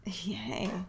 Yay